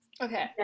Okay